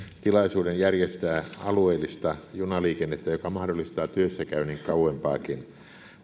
tilaisuuden järjestää alueellista junaliikennettä joka mahdollistaa työssäkäynnin kauempaakin